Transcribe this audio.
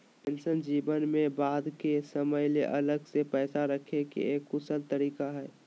pension जीवन में बाद के समय ले अलग से पैसा रखे के एक कुशल तरीका हय